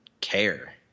care